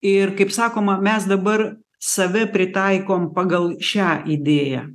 ir kaip sakoma mes dabar save pritaikom pagal šią idėją